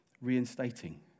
reinstating